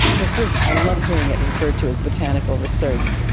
well, first i love hearing it referred to as botanical research.